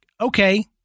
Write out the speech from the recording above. okay